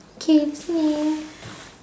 okay listening